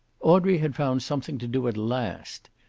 audrey had found something to do at last.